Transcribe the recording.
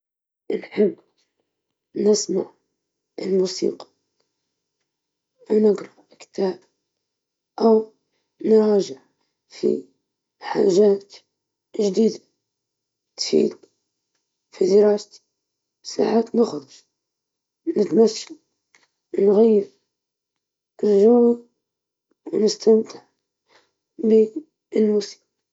في وقت فراغي أحب القراءة، والسفر لاكتشاف أماكن جديدة، وكذلك ممارسة الرياضة.